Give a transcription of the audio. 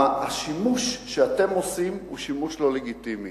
השימוש שאתם עושים הוא שימוש לא לגיטימי,